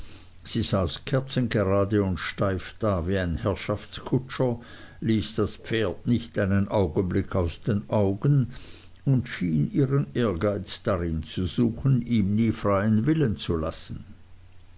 sie saß kerzengrade und steif da wie ein herrschaftskutscher ließ das pferd nicht einen augenblick aus den augen und schien ihren ehrgeiz darin zu suchen ihm nie freien willen zu lassen